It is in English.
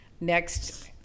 next